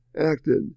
acted